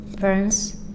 Parents